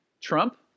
Trump